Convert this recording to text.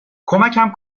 کمکم